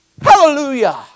Hallelujah